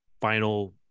final